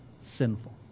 sinful